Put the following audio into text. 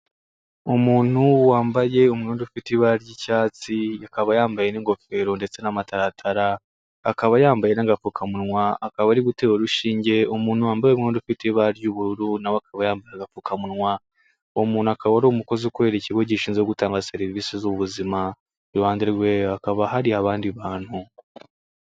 Umuntu wambaye umwenda ufite ibara ry'icyatsi, akaba yambaye n'ingofero ndetse n'amataratara akaba yambaye n'agapfukamunwa, akaba ari gutera urushinge umuntu wambaye umwenda ufite ibara ry'ubururu, na we akaba yambaye agapfukamunwa, uwo muntu akaba ari umukozi ukorera ikigo gishinzwe gutanga serivisi z'ubuzima iruhande rwe hakaba hari abandi bantu.